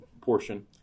portion